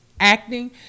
Acting